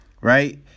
right